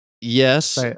Yes